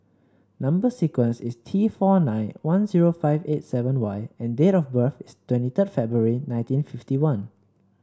number sequence is T four nine one zero five eight seven Y and date of birth is twenty third February nineteen fifty one